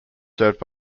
served